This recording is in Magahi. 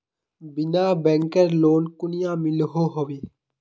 बिना बैंकेर लोन कुनियाँ मिलोहो होबे?